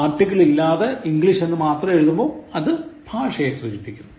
article ഇല്ലാതെ English എന്നു മാത്രം എഴുതുമ്പോൾ അത് ഭാഷയെ സൂചിപ്പിക്കുന്നു